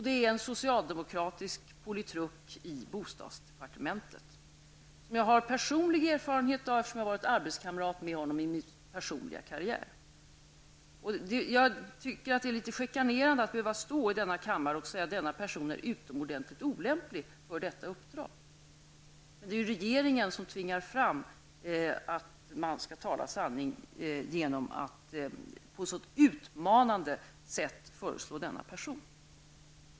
Det är en socialdemokratisk politruk i bostadsdepartementet, en person som jag har personlig erfarenhet av, eftersom jag har varit arbetskamrat med honom i min civila karriär. Jag tycker att det är litet chikanerande att behöva stå i denna kammare och säga att denna person är utomordentligt olämplig för uppdraget. Men det är regeringen som tvingar fram att jag talar sanning genom att på ett så utmanande sätt föreslå denna person.